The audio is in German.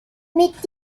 mit